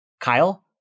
Kyle